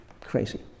crazy